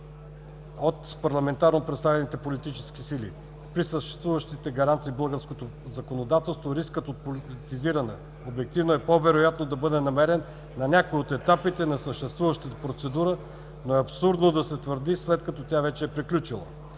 от парламентарно представените политически сили. При съществуващите гаранции в българското законодателство рискът от политизиране обективно е по-вероятно да бъде намерен на някой от етапите на съществуващата процедура, но е абсурдно да се търси, след като тя вече е приключила.